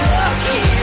lucky